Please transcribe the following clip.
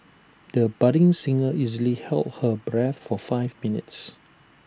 the budding singer easily held her breath for five minutes